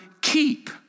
keep